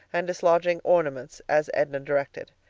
and dislodging ornaments as edna directed.